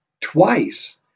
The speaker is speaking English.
twice